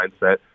mindset